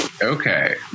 Okay